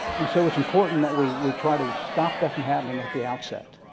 and so it's important that we we try to stop that from happening at the outset,